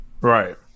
Right